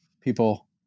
people